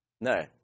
No